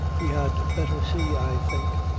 we had better see, i think,